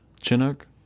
Chinook